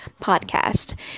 podcast